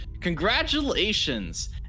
congratulations